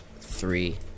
three